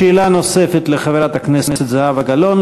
שאלה נוספת לחברת הכנסת זהבה גלאון.